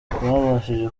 babashije